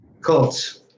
Colts